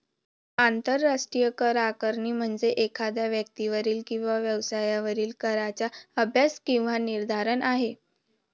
आंतरराष्ट्रीय करआकारणी म्हणजे एखाद्या व्यक्तीवरील किंवा व्यवसायावरील कराचा अभ्यास किंवा निर्धारण आहे